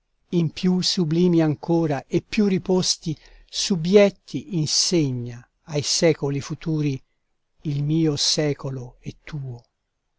in più sublimi ancora e più riposti subbietti insegna ai secoli futuri il mio secolo e tuo